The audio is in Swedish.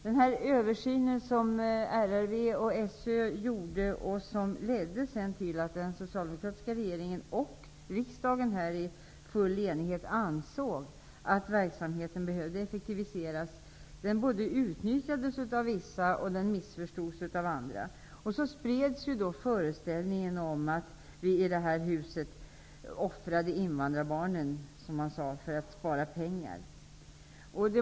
Den översyn som RRV och SÖ gjorde ledde till att den socialdemokratiska regeringen och riksdagen i full enighet ansåg att verksamheten behövde effektiviseras. Detta utnyttjades av vissa och missförstods av andra. Bl.a. spreds föreställningen om att vi i det här huset, som man sade, offrade invandrarbarnen för att spara pengar.